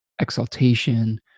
exaltation